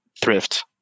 thrift